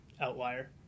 outlier